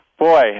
Boy